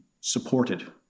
supported